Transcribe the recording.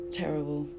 terrible